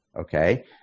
Okay